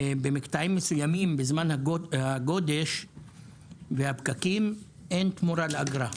במקטעים מסוימים בזמן הגודש והפקקים אין תמורה לאגרה.